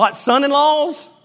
son-in-laws